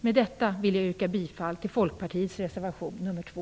Med detta vill jag yrka bifall till Folkpartiets reservation nr 2.